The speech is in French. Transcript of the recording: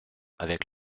avec